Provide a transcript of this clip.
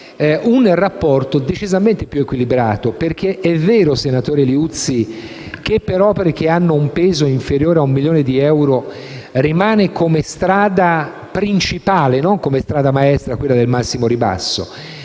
un rapporto decisamente più equilibrato. Infatti è vero, senatore Liuzzi, che, per opere aventi un peso inferiore a un milione di euro, rimane come strada principale, e non come strada maestra, quella del massimo ribasso.